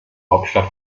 hauptstadt